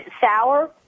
sour